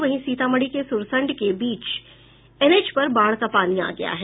वहीं सीतामढ़ी से सुरसंड के बीच एनएच पर बाढ़ का पानी आ गया है